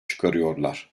çıkarıyorlar